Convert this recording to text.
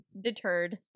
Deterred